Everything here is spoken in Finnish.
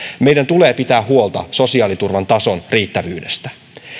meidän tulee pitää huolta sosiaaliturvan tason riittävyydestä